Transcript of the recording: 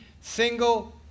single